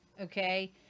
Okay